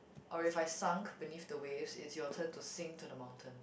or if I sunk beneath the wave it's your turn to sing to the mountain